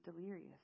delirious